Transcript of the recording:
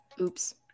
Oops